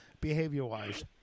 behavior-wise